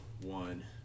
one